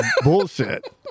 bullshit